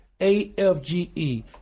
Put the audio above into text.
AFGE